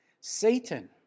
Satan